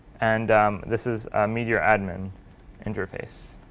and this is meteor admin interface.